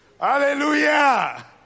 Hallelujah